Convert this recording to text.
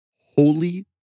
Holy